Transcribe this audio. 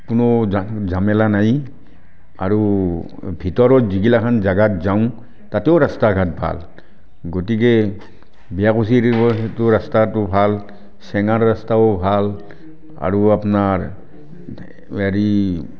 কোনো ঝা ঝামেলা নাই আৰু ভিতৰত যিগিলাখান জেগাত যাওঁ তাতেও ৰাস্তা ঘাট ভাল গতিকে ব্যাকুচিদেৱৰ সেইটো ৰাস্তাটো ভাল চেঙাৰ ৰাস্তাও ভাল আৰু আপোনাৰ হেৰি